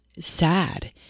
sad